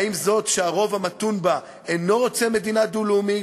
האם זאת שהרוב המתון בה אינו רוצה מדינה דו-לאומית,